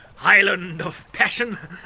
island of passion,